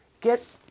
Get